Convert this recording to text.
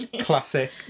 Classic